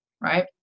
right